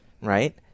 right